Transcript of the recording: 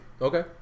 Okay